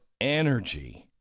energy